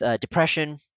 depression